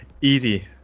easy